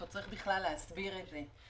עוד צריך בכלל להסביר את זה.